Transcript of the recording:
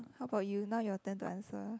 how about you now you are ten to answer